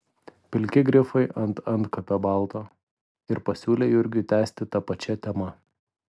pilki grifai ant antkapio balto ir pasiūlė jurgiui tęsti ta pačia tema